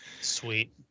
Sweet